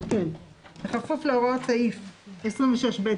כל הסעיף הזה לשיטתנו,